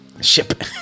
Ship